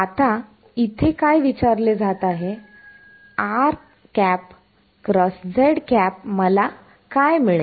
आता इथे काय विचारले जात आहे मला काय मिळेल